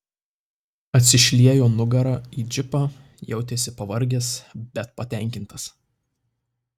atsišliejo nugara į džipą jautėsi pavargęs bet patenkintas